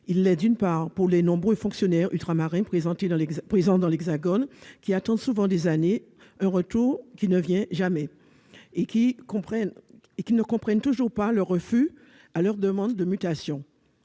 il l'est, d'une part, pour les nombreux fonctionnaires ultramarins présents dans l'Hexagone qui attendent souvent des années un retour qui ne vient jamais et qui ne comprennent pas toujours les refus à leurs demandes de mutation